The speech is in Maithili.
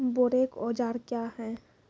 बोरेक औजार क्या हैं?